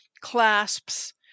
clasps